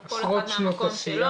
כל אחד מהמקום שלו.